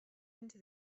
into